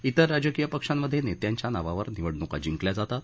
तिर राजकीय पक्षांमध्ये नेत्यांच्या नावावर निवडणुका जिंकल्या जातात